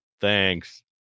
Thanks